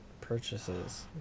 purchases